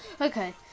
Okay